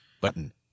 Button